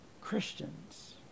Christians